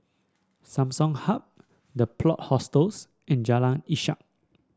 Samsung Hub The Plot Hostels and Jalan Ishak